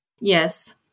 Yes